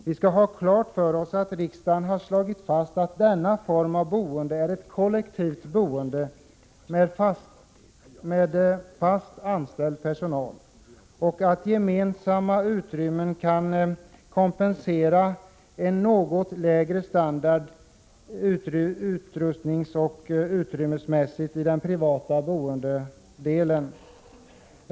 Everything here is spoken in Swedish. Vi skall ha klart för oss att riksdagen slagit fast att denna form av boende är ett kollektivt boende med fast anställd personal och där gemensamma utrymmen kan kompensera den något lägre utrustningsoch utrymmesstandarden i den privata boendedelen.